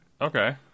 Okay